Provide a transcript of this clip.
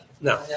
Now